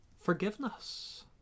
forgiveness